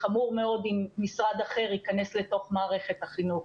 חמור מאוד אם משרד אחר יכנס לתוך מערכת החינוך.